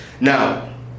now